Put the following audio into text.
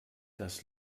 das